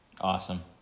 Awesome